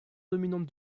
dominante